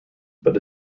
but